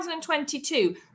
2022